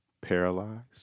paralyzed